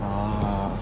ah